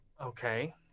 Okay